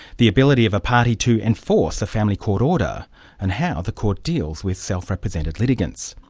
the ability of a party to enforce a family court order and how the court deals with self represented litigants.